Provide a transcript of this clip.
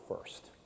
first